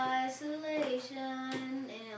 isolation